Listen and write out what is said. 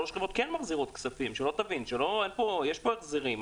שלוש חברות כן מחזירות כספים, יש פה החזרים.